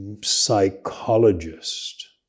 psychologist